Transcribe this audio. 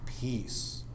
peace